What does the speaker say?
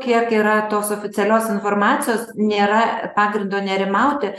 kiek yra tos oficialios informacijos nėra pagrindo nerimauti